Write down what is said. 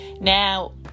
now